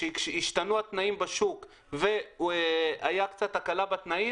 כשהשתנו התנאים בשוק והייתה קצת הקלה בתנאים,